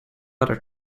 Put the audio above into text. other